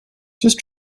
just